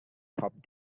topped